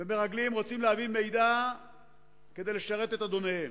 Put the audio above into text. ומרגלים רוצים להעביר מידע כדי לשרת את אדוניהם,